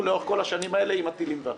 לאורך כל השנים האלה עם הטילים והכול.